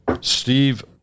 Steve